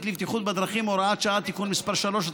לבטיחות בדרכים (הוראת שעה) (תיקון מס' 3),